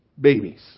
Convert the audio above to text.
babies